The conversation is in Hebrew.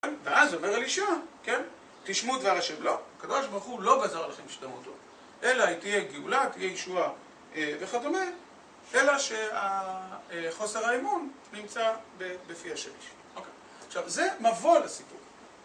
ואז אומר על אישועה, כן? תשמוד והרשב לא. הקבועה של ברוך הוא לא בעזר הלכים שתמות לו, אלא היא תהיה גאולה, תהיה אישועה וכדומה, אלא שחוסר האמון נמצא בפי השליש. עכשיו, זה מבוא לסיפור.